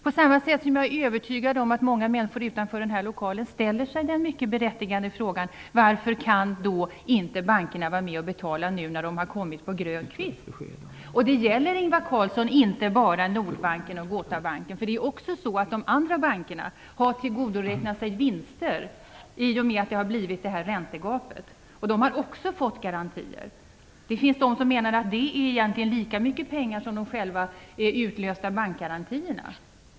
På samma sätt är jag övertygad om att många människor utanför denna lokal ställer sig den berättigade frågan varför bankerna inte kan vara med och betala nu när de har kommit på grön kvist. Det gäller, Ingvar Carlsson, inte bara Nordbanken och Gotabanken. De andra bankerna har i och med räntegapet tillgodoräknat sig vinster. De har också fått garantier. Det finns de som menar att det är fråga om lika mycket pengar som har utlösts av bankgarantierna.